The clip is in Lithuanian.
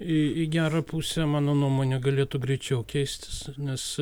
į į gerą pusę mano nuomone galėtų greičiau keistis nes